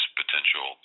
potential